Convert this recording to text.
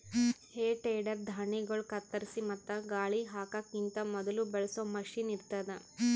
ಹೇ ಟೆಡರ್ ಧಾಣ್ಣಿಗೊಳ್ ಕತ್ತರಿಸಿ ಮತ್ತ ಗಾಳಿ ಹಾಕಕಿಂತ ಮೊದುಲ ಬಳಸೋ ಮಷೀನ್ ಇರ್ತದ್